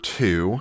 two